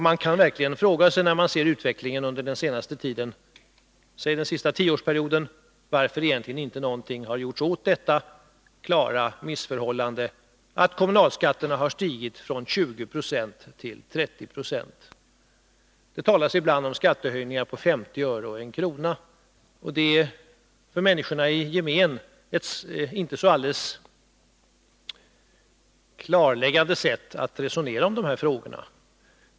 Man kan verkligen fråga sig, när man ser utvecklingen under den senaste tiden, säg den senaste tioårsperioden, varför egentligen inte någonting har gjorts åt det klara missförhållandet att kommunalskatterna har stigit från 20 90 till 30 96. Det talas ibland om skattehöjningar på 50 öre och 1 kr. Det är ett för människorna i gemen inte alldeles klarläggande sätt att resonera om de här frågorna.